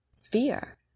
fear